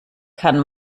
kann